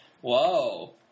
Whoa